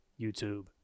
YouTube